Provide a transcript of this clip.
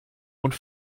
und